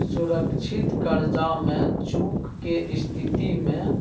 सुरक्षित करजा में चूक के स्थिति में